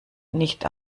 nicht